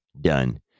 done